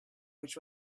which